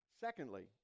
Secondly